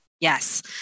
Yes